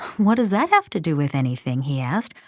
what does that have to do with anything? he asked.